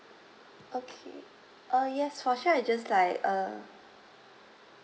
okay uh yes for sure I just like uh